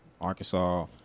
Arkansas